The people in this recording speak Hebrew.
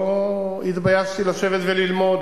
לא התביישתי לשבת וללמוד,